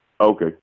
Okay